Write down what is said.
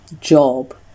job